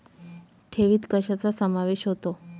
ठेवीत कशाचा समावेश होतो?